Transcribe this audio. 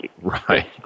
Right